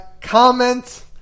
comment